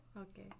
Okay